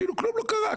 כאילו כלום לא קרה,